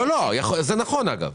זה נכון, דרך אגב.